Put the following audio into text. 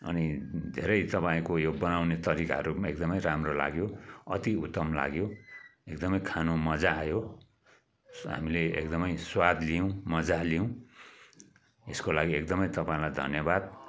अनि धेरै तपाईँको यो बनाउने तरीकाहरू पनि एकदमै राम्रो लाग्यो अति उत्तम लाग्यो एकदमै खानु मजा आयो हामीले एकदमै स्वाद लियौँ मजा लियौँ यसको लागि तपाईँलाई एकदमै धन्यवाद